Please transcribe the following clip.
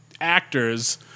actors